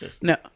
no